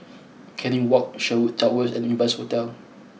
Canning Walk Sherwood Towers and Evans Hostel